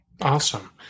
Awesome